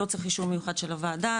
לא צריך אישור מיוחד של הוועדה,